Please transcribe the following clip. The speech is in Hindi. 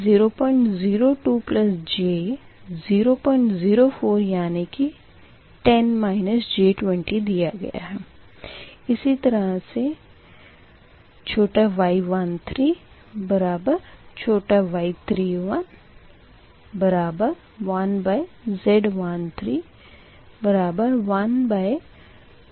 ये 002j 004यानी कि 10 j20 दिया गया है